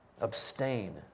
Abstain